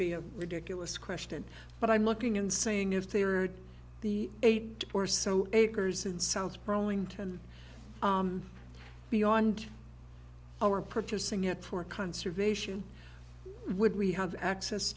be a ridiculous question but i'm looking in saying if they are the eight or so acres and sounds burlington beyond our purchasing it for conservation would we have access